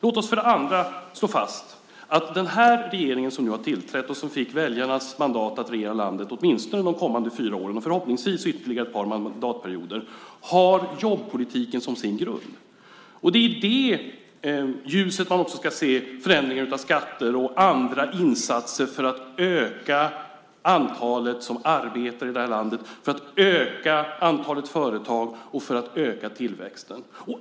Låt oss för det andra slå fast att den regering som nu tillträtt, och som fick väljarnas mandat att regera landet åtminstone de kommande fyra åren och förhoppningsvis ytterligare ett par mandatperioder, har jobbpolitiken som sin grund. Det är i det ljuset man också ska se förändringar av skatter och andra insatser. Det handlar alltså om att öka antalet människor som arbetar i det här landet, att öka antalet företag och att öka tillväxten.